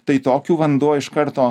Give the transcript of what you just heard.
tai tokiu vanduo iš karto